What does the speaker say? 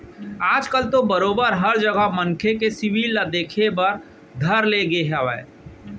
आज कल तो बरोबर हर जघा मनखे के सिविल ल देखे बर धर ले गे हावय